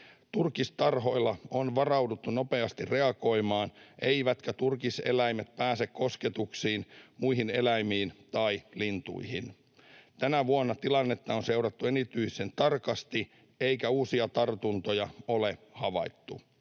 Turkistarhoilla on varauduttu nopeasti reagoimaan, eivätkä turkiseläimet pääse kosketuksiin muihin eläimiin tai lintuihin. Tänä vuonna tilannetta on seurattu erityisen tarkasti, eikä uusia tartuntoja ole havaittu.